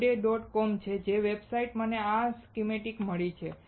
com છે જે વેબસાઇટથી મને આ સ્કિમૅટિક મળી છે